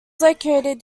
located